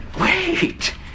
wait